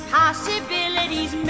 possibilities